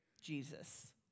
Jesus